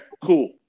cool